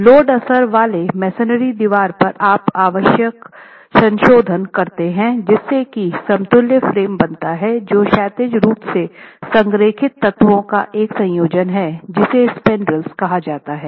load असर वालेमेसनरी दीवार पर आप आवश्यक संशोधन करते हैं जिससे की समतुल्य फ्रेम बनता है जो क्षैतिज रूप से संरेखित तत्वों का एक संयोजन हैं जिसे स्पांडेरलस कहा जाता है